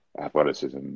athleticism